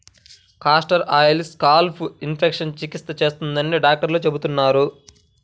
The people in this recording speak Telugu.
కాస్టర్ ఆయిల్ స్కాల్ప్ ఇన్ఫెక్షన్లకు చికిత్స చేస్తుందని డాక్టర్లు చెబుతున్నారు